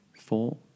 four